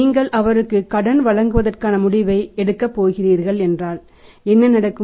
நீங்கள் அவருக்கு கடன் வழங்குவதற்கான முடிவை எடுக்கப் போகிறீர்கள் என்றால் என்ன நடக்கும்